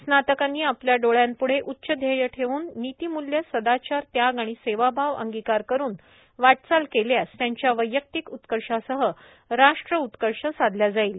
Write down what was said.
स्नातकांनी आपल्या डोळ्यांप्ढे उच्च ध्येय ठेवून तसेच नीतीमूल्ये सदाचार त्याग व सेवाभाव अंगीकार करून वाटचाल केल्यास त्यांच्या वैयक्तिक उत्कर्षासह राष्ट्र उत्कर्ष साधल्या जाईल